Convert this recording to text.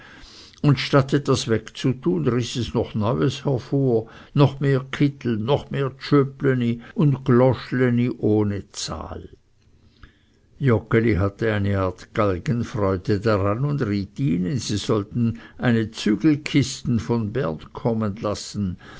und statt etwas wegzutun riß es neues hervor noch mehr kittel noch mehr tschöpleni und gloschleni ohne zahl joggeli hatte eine art galgenfreude daran und riet ihnen sie sollten eine zügelkiste von bern kommen lassen